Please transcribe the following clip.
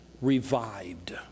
revived